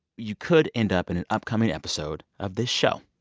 you could end up in an upcoming episode of this show.